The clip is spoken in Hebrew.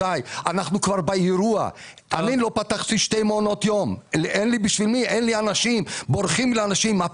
לא רק שאנשים טובים,